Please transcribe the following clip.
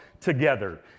together